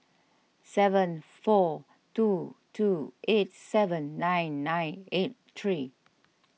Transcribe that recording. seven four two two eight seven nine nine eight three